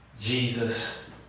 Jesus